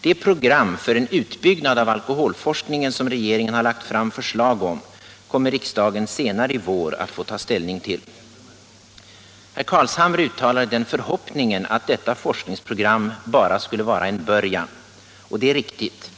Det program för en utbyggnad av alkoholforskningen som regeringen lagt fram förslag om kommer riksdagen senare i vår att få ta ställning till. Herr Carlshamre uttalade den förhoppningen att detta forskningsprogram bara skulle vara en början, och det är riktigt.